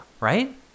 Right